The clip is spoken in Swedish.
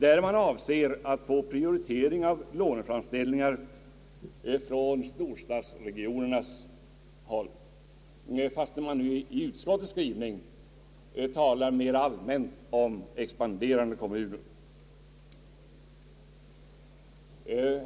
Man avser att få till stånd en prioritering av låneframställningar från storstadsregionerna, fastän utskottet i sin skrivning talar mera allmänt om expanderande kommuner.